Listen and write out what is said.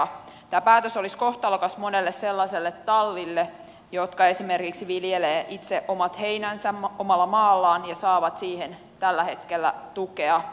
tämä päätös olisi kohtalokas monelle sellaiselle tallille jotka esimerkiksi viljelevät itse omat heinänsä omalla maallaan ja saavat siihen tällä hetkellä tukea